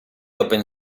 open